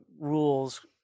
rules